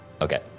Okay